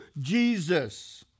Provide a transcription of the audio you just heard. Jesus